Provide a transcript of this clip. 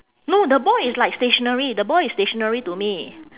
no the ball is like stationary the ball is stationary to me